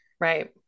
Right